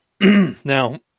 now